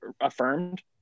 affirmed